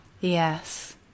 Yes